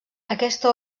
aquesta